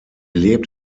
lebt